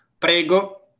prego